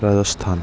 Rajasthan